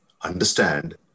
understand